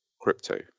crypto